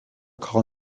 call